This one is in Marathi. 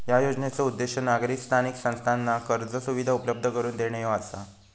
या योजनेचो उद्देश नागरी स्थानिक संस्थांना कर्ज सुविधा उपलब्ध करून देणे ह्यो आसा